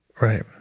Right